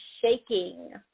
shaking